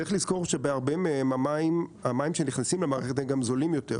צריך לזכור שבהרבה מהם המים שנכנסים למערכת הם גם זולים יותר,